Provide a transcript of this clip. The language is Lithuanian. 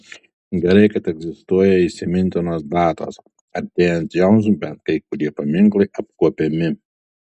gerai kad egzistuoja įsimintinos datos artėjant joms bent kai kurie paminklai apkuopiami